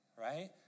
right